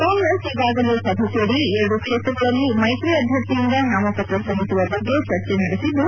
ಕಾಂಗ್ರೆಸ್ ಈಗಾಗಲೆ ಸಭೆ ಸೇರಿ ಎರಡೂ ಕ್ಷೇತ್ರಗಳಲ್ಲಿ ಮೈತ್ರಿ ಅಭ್ಯರ್ಥಿಯಿಂದ ನಾಮಪತ್ರ ಸಲ್ಲಿಸುವ ಬಗ್ಗೆ ಚರ್ಚೆ ನಡೆಸಿದ್ದು